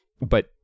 but-